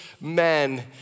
men